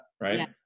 right